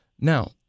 Now